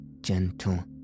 gentle